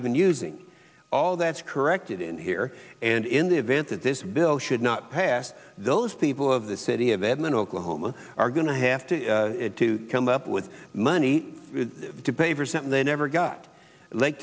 even using all that's correct in here and in the event that this bill should not pass those people of the city of edmond oklahoma are going to have to come up with money to pay for something they never got lake